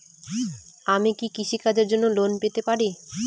আমি কি কৃষি কাজের জন্য লোন পেতে পারি?